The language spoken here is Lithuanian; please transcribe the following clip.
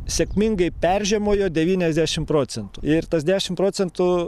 sėkmingai peržiemojo devyniasdešim procentų ir tas dešim procentų